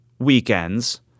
weekends